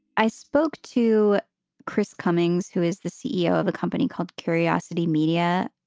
i spoke to chris cummings, who is the ceo of a company called curiosity media,